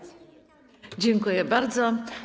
Dziękuję bardzo.